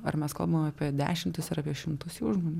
ar mes kalbam apie dešimtis ar apie šimtus jau žmonių